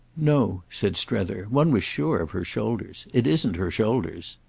no, said strether, one was sure of her shoulders. it isn't her shoulders.